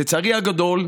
לצערי הגדול,